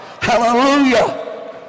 Hallelujah